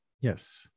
yes